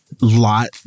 lot